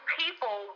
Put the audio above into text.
people